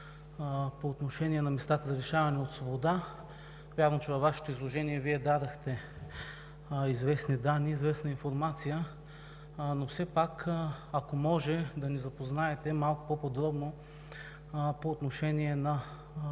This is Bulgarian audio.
по отношение на местата за лишаване от свобода. Вярно, че във Вашето изложение дадохте известни данни и информация, но все пак, ако може да ни запознаете малко по-подробно по отношение на